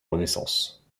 renaissance